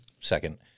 second